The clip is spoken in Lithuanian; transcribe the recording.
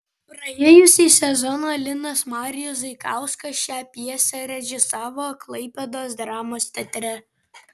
praėjusį sezoną linas marijus zaikauskas šią pjesę režisavo klaipėdos dramos teatre